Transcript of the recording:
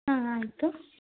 ಹಾಂ ಆಯಿತು